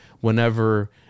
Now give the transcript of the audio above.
whenever